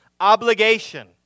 obligation